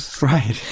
Right